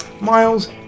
Miles